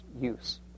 use